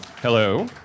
Hello